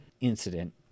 incident